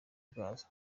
bwazo